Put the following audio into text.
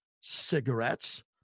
cigarettes